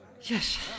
Yes